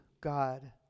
God